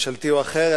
ממשלתי או אחר,